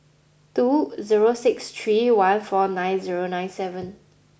two zero six three one four nine zero nine seven